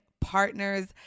partners